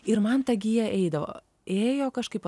ir man ta gija eidavo ėjo kažkaip